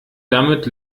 damit